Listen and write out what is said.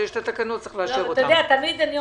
במקום שיביאו